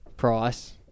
Price